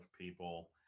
people